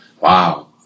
wow